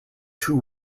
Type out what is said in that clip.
two